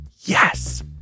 Yes